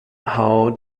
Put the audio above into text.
how